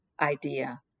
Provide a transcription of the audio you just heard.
idea